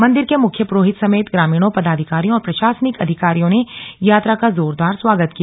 मंदिर के मुख्य पुरोहित समेत ग्रामीणों पदाधिकारियों और प्रशासनिक अधिकारियों ने यात्रा का जोरदार स्वागत किया